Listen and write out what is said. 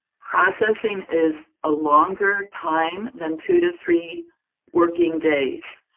processing is a longer time than two to three working days.